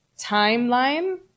timeline